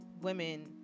women